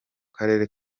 karere